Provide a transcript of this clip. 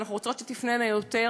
ואנחנו רוצות שתפנינה יותר,